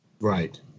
right